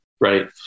Right